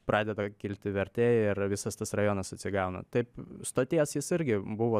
pradeda kilti vertė ir visas tas rajonas atsigauna taip stoties jis irgi buvo